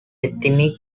ethnic